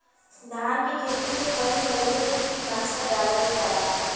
धान के खेत में पई लगले पे कीटनाशक डालल जाला